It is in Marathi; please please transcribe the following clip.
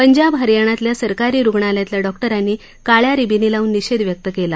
पंजाब हरयाणातल्या सरकारी रूग्णालयांतल्या डॉक्टरांनी काळ्या रिबिनी लावून निषेध व्यक्त केला